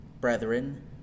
Brethren